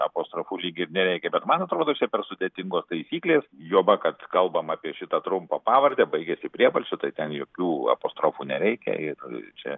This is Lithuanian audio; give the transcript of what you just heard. apostrofų lyg ir nereikia bet man atrodo čia per sudėtingos taisyklės juoba kad kalbam apie šitą trumpą pavardę baigiasi priebalsiu tai ten jokių apostrofų nereikia ir čia